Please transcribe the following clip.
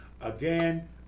Again